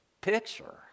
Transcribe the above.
picture